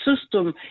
system